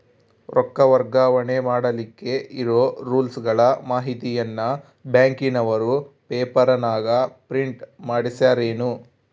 ರೊಕ್ಕ ವರ್ಗಾವಣೆ ಮಾಡಿಲಿಕ್ಕೆ ಇರೋ ರೂಲ್ಸುಗಳ ಮಾಹಿತಿಯನ್ನ ಬ್ಯಾಂಕಿನವರು ಪೇಪರನಾಗ ಪ್ರಿಂಟ್ ಮಾಡಿಸ್ಯಾರೇನು?